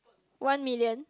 one million